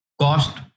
cost